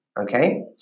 Okay